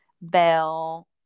Bell